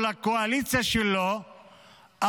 ולקואליציה שלו,